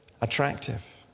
attractive